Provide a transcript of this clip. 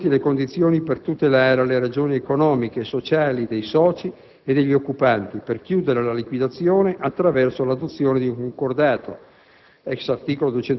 Erano assenti le condizioni per tutelare le ragioni economiche e sociali dei soci e degli occupanti, per chiudere la liquidazione attraverso l'adozione di un concordato